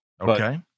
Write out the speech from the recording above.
Okay